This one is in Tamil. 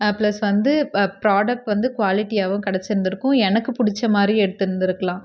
ப்ளஸ் வந்து ப்ராடக்ட் வந்து க்வாலிட்டியாகவும் கிடச்சுருந்துருக்கும் எனக்கு பிடிச்ச மாதிரியும் எடுத்திருந்துருக்கலாம்